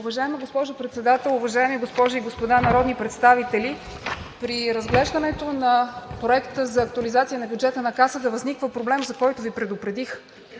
Уважаема госпожо Председател, уважаеми госпожи и господа народни представители! При разглеждането на Проекта за актуализация на бюджета на Касата възниква проблем, за който Ви предупредих,